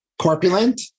corpulent